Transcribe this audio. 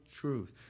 truth